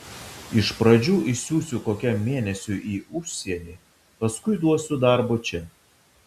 iš pradžių išsiųsiu kokiam mėnesiui į užsienį paskui duosiu darbo čia